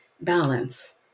balance